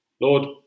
Lord